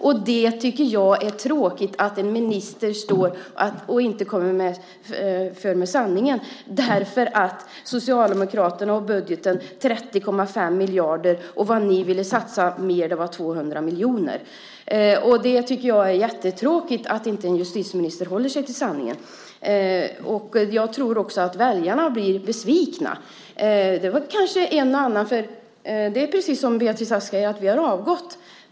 Jag tycker att det är tråkigt att en minister inte kommer med sanningen om Socialdemokraterna och budgeten, 30,5 miljarder - och vad ni ville satsa mer var 200 miljoner. Det tycker jag är jättetråkigt; att inte en justitieminister håller sig till sanningen. Jag tror också att väljarna blir besvikna. Det är precis som Beatrice Ask säger så att vi har avgått.